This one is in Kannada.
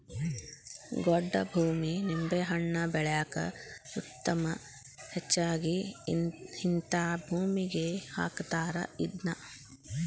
ಗೊಡ್ಡ ಭೂಮಿ ನಿಂಬೆಹಣ್ಣ ಬೆಳ್ಯಾಕ ಉತ್ತಮ ಹೆಚ್ಚಾಗಿ ಹಿಂತಾ ಭೂಮಿಗೆ ಹಾಕತಾರ ಇದ್ನಾ